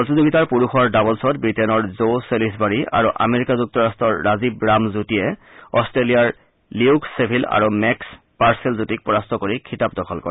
প্ৰতিযোগিতাৰ পুৰুষৰ ডাবলছত ৱিটেইনৰ জ ছেলিছবাৰী আৰু আমেৰিকা যুক্তৰাট্টৰ ৰাজীৱ ৰাম যুটীয়ে অট্টেলিয়াৰ লিউক ছেভিল আৰু মেক্স পাৰ্চেল যুটীক পৰাস্ত কৰি খিতাপ দখল কৰে